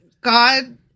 God